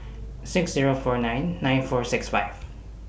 six Zero four nine nine four six five